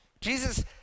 Jesus